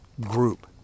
group